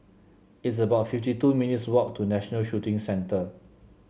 it's about fifty two minutes' walk to National Shooting Centre